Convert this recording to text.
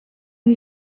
you